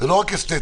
זו לא רק אסתטיקה.